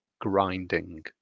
grinding